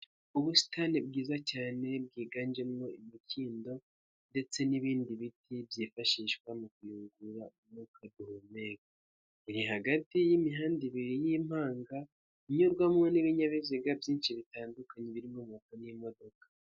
Ubusitani bwiza cyane bwiganjemo imikindo ndetse n'ibindi biti byifashishwa mu kuyungurura umwuka dumeka, iri hagati y'imihanda ibiri y'impanga, inyurwamo n'ibinyabiziga byinshi bitandukanye birimo moto n'imodoka.